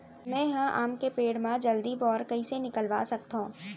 मैं ह आम के पेड़ मा जलदी बौर कइसे निकलवा सकथो?